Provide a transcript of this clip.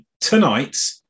tonight